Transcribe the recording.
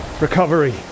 recovery